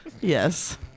Yes